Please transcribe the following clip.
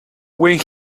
when